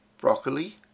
broccoli